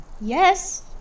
yes